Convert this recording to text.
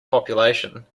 population